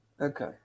Okay